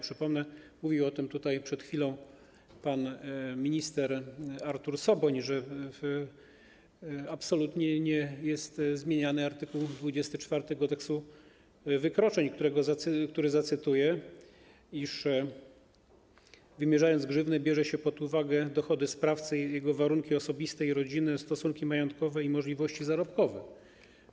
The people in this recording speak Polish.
Przypomnę - mówił o tym tutaj przed chwilą pan minister Artur Soboń - że absolutnie nie jest zmieniany art. 24 Kodeksu wykroczeń, który zacytuję: „Wymierzając grzywnę, bierze się pod uwagę dochody sprawcy, jego warunki osobiste i rodzinne, stosunki majątkowe i możliwości zarobkowe”